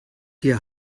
hier